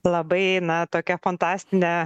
labai na tokia fantastinė